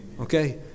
Okay